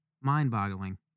Mind-boggling